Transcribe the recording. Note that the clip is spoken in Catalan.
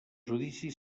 judici